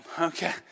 okay